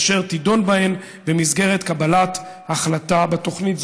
אשר תדון בהן במסגרת קבלת החלטה בתוכנית.